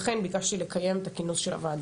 לכן ביקשתי לקיים את כינוס הוועדה.